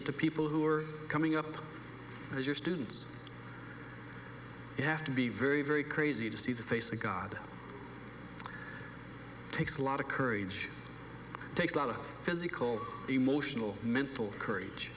it to people who are coming up as your students you have to be very very crazy to see the face of god takes a lot of courage takes a lot of physical emotional mental courage